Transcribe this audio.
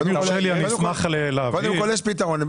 קודם כל, יש פתרון.